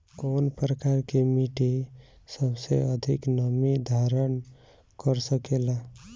कौन प्रकार की मिट्टी सबसे अधिक नमी धारण कर सकेला?